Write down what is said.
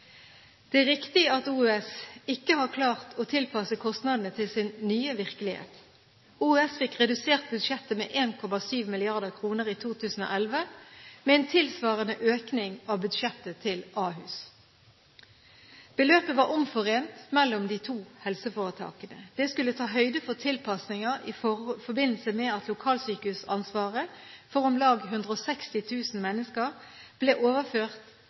Det er riktig at OUS ikke har klart å tilpasse kostnadene til sin nye virkelighet. OUS fikk redusert budsjettet med 1,7 mrd. kr i 2011, med en tilsvarende økning av budsjettet til Ahus. Beløpet var omforent mellom de to helseforetakene. Det skulle ta høyde for tilpasninger i forbindelse med at lokalsykehusansvaret for om lag 160 000 mennesker ble overført